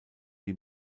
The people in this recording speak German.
die